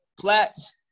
plats